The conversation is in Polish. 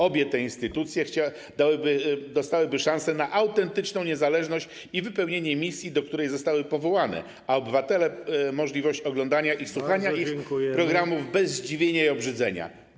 Obie te instytucje dostałyby szansę na autentyczną niezależność i wypełnienie misji, do której zostały powołane, a obywatele - możliwość oglądania i słuchania ich programów bez zdziwienia i obrzydzenia.